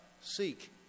seek